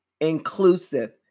inclusive